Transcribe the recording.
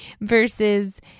versus